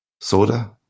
Soda